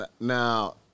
Now